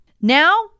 Now